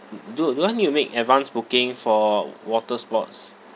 do do I need to make advance booking for water sports